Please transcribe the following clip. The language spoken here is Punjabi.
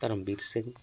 ਧਰਮਵੀਰ ਸਿੰਘ